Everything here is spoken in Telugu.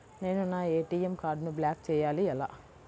నేను నా ఏ.టీ.ఎం కార్డ్ను బ్లాక్ చేయాలి ఎలా?